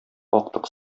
актык